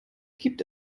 gibt